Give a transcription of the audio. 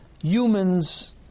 Humans